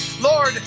Lord